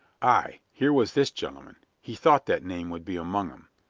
aye, here was this gentleman he thought that name would be among em.